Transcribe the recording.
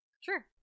Sure